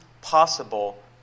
possible